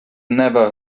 never